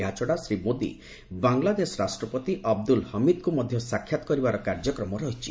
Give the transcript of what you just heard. ଏହାଛଡା ଶ୍ରୀ ମୋଦୀ ବାଂଲାଦେଶ ରାଷ୍ଟ୍ରପତି ଅବଦୁଲ ହମିଦଙ୍କୁ ମଧ୍ୟ ସାକ୍ଷାତ କରିବାର କାର୍ଯ୍ୟକ୍ରମ ରହିଛି